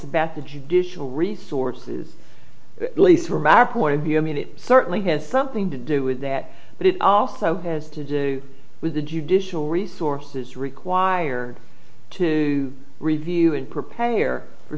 about the judicial resources at least from our point of view i mean it certainly has something to do with that but it also has to do with the judicial resources required to review and prepare for